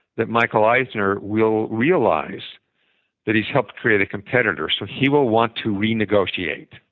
that michael eisner will realize that he's helped create a competitor so he will want to renegotiate.